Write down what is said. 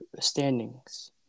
standings